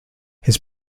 his